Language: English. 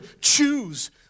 choose